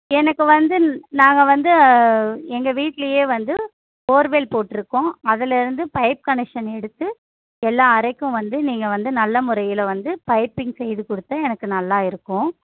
எனக்கு வந்து நாங்கள் வந்து எங்கள் வீட்லையே வந்து போர்வெல் போட்டிருக்கோம் அதிலேருந்து பைப் கனெக்ஷன் எடுத்து எல்லா அறைக்கும் வந்து நீங்கள் வந்து நல்ல முறையில வந்து பைப்பிங் செய்து கொடுத்தால் எனக்கு நல்லா இருக்கும்